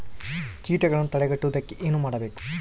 ಕೇಟಗಳನ್ನು ತಡೆಗಟ್ಟುವುದಕ್ಕೆ ಏನು ಮಾಡಬೇಕು?